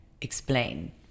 Explain